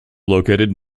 located